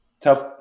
tough